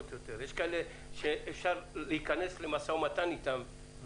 יש כאלה שאפשר להיכנס למשא ומתן אתם,